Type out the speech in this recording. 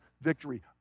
victory